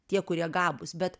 tie kurie gabūs bet